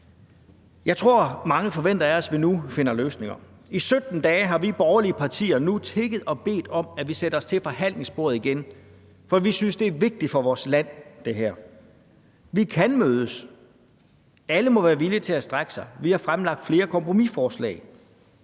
Jeg tror, at mange forventer af os, at vi finder løsninger. I 17 dage har vi borgerlige partier tigget og bedt om, at vi sætter os til forhandlingsbordet igen, for vi synes, at det her er vigtigt for vores land. Vi kan mødes; alle må være villige til at strække sig. Vi har fremlagt flere kompromisforslag.